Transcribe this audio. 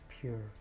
pure